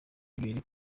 ibere